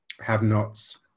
have-nots